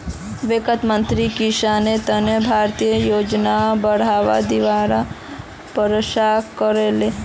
वित्त मंत्रीक किसानेर तने भारतीय योजनाक बढ़ावा दीवार पेशकस करले